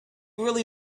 really